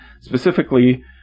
Specifically